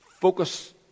focus